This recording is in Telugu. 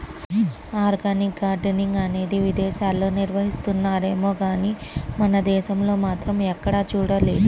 ఆర్గానిక్ గార్డెనింగ్ అనేది విదేశాల్లో నిర్వహిస్తున్నారేమో గానీ మన దేశంలో మాత్రం ఎక్కడా చూడలేదు